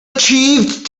achieved